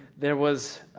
there was,